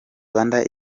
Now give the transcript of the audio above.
rwanda